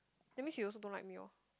that means he also don't like me lor